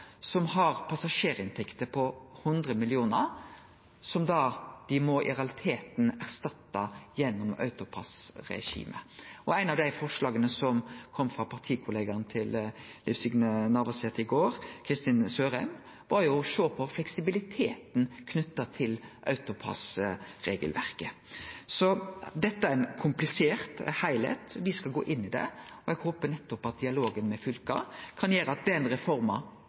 har passasjerinntekter på 100 mill. kr som dei i realiteten må erstatte gjennom AutoPASS-regimet. Eitt av dei forslaga som kom frå partikollegaen til Liv Signe Navarsete i går, Kristin Sørheim, var å sjå på fleksibiliteten knytt til AutoPASS-regelverket. Dette er ein komplisert heilskap. Me skal gå inn i det, og eg håpar at nettopp dialogen med fylka kan gjere at den reforma